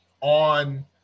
on